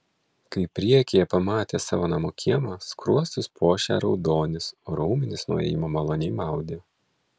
kai priekyje pamatė savo namo kiemą skruostus puošė raudonis o raumenis nuo ėjimo maloniai maudė